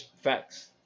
facts